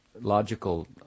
logical